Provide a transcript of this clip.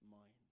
mind